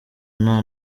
nta